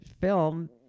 film